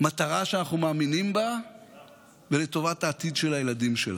מטרה שאנחנו מאמינים בה ולטובת העתיד של הילדים שלנו.